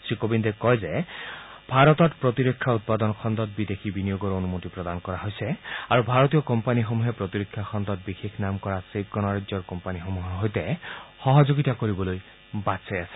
শ্ৰীকোৱিন্দে কয় যে ভাৰতৰ প্ৰতিৰক্ষা উৎপাদন খণ্ডত বিদেশী বিনিয়োগৰ অনুমতি প্ৰদান কৰা হৈছে আৰু ভাৰতীয় কোম্পানীসমূহে প্ৰতিৰক্ষা খণ্ডৰ বিশেষ নাম কৰা চেক গণৰাজ্যৰ কোম্পানীসমূহৰ সৈতে সহযোগিতা কৰিবলৈ বাট চাই আছে